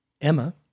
Emma